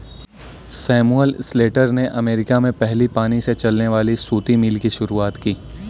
Samuel Slater ने America में पहली पानी से चलने वाली सूती मिल की शुरुआत की